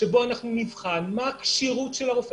שבו אנחנו נבחן מה הכשירות של הרופא.